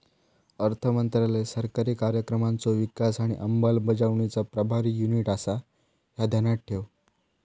अर्थमंत्रालय सरकारी कार्यक्रमांचो विकास आणि अंमलबजावणीचा प्रभारी युनिट आसा, ह्या ध्यानात ठेव